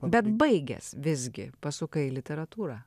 bet baigęs visgi pasukai į literatūrą